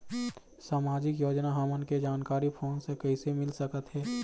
सामाजिक योजना हमन के जानकारी फोन से कइसे मिल सकत हे?